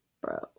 Bro